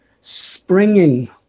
springing